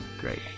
Great